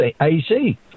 AC